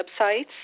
websites